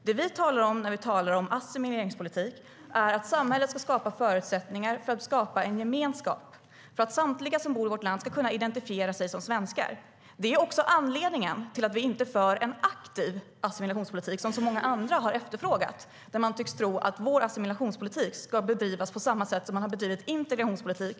Det vi talar om när vi talar om assimileringspolitik är att samhället ska skapa förutsättningar för att skapa en gemenskap - för att samtliga som bor i vårt land ska kunna identifiera sig som svenskar. Det är också anledningen till att vi inte för en aktiv assimilationspolitik, som så många andra har efterfrågat. Man tycks tro att vår assimilationspolitik ska bedrivas på samma sätt som man har bedrivit integrationspolitik.